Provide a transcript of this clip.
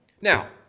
Now